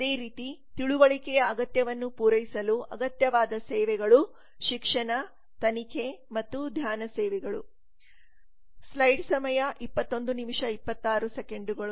ಅದೇ ರೀತಿ ತಿಳುವಳಿಕೆಯ ಅಗತ್ಯವನ್ನು ಪೂರೈಸಲು ಅಗತ್ಯವಾದ ಸೇವೆಗಳು ಶಿಕ್ಷಣ ತನಿಖೆ ಮತ್ತು ಧ್ಯಾನ ಸೇವೆಗಳು